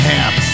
Half